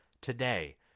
today